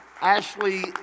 Ashley